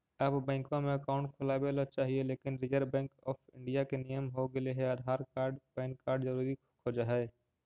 आब बैंकवा मे अकाउंट खोलावे ल चाहिए लेकिन रिजर्व बैंक ऑफ़र इंडिया के नियम हो गेले हे आधार कार्ड पैन कार्ड जरूरी खोज है?